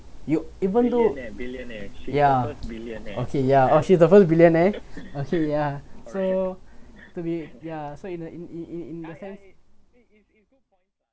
you even though ya okay ya oh she's the first billionaire okay ya so to be ya so in in in in in the sense